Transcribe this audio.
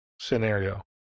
scenario